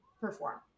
perform